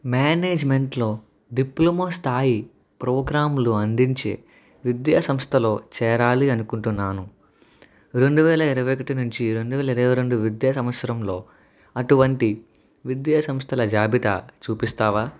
మేనేజ్మెంట్లో డిప్లొమా స్థాయి ప్రోగ్రాంలు అందించే విద్యా సంస్థలో చేరాలి అనుకుంటున్నాను రెండు వేల ఇరవై ఒకటి నుంచి రెండువేల ఇరవై రెండు విద్యా సంవత్సరంలో అటువంటి విద్యా సంస్థల జాబితా చూపిస్తావా